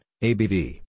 A-B-V